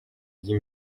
dix